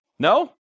No